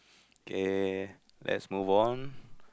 okay let's move on